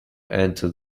enter